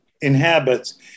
inhabits